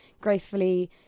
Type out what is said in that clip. gracefully